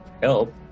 help